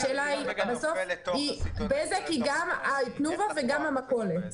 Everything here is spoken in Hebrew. בסוף בזק היא גם תנובה וגם המכולת.